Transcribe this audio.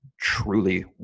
truly